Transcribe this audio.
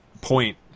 point